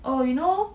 oh you know